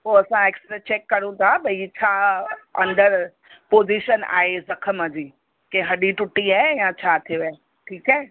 पोइ असां x ray check करियूं था भई छा अंदरि पोज़िशन आहे ज़ख़्म जी हॾी टुटी आहे या छा थियो आहे ठीकु आहे